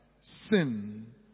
sin